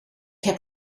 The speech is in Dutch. heb